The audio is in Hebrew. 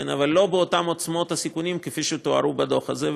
אבל לא באותן עוצמות סיכונים שתוארו בדוח הזה,